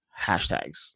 hashtags